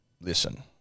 listen